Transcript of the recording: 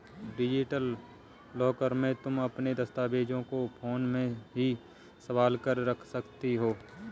digital locker में तुम अपने दस्तावेज फोन में ही संभाल कर रख सकती हो